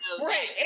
right